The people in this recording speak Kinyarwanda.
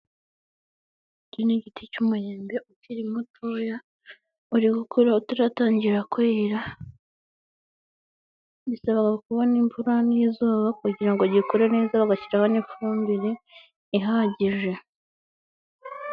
Icyi ni igiti cy'umwembe ukiri mutoya uri gukura utatangirara bisaba kubona imvura n'izuba kugira ngo gikore neza bagashyiraho n'ifumbire ihagije.